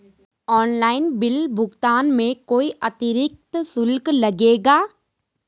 Online bill भुगतान में कोई अतिरिक्त शुल्क लगेगा?